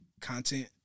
content